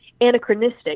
anachronistic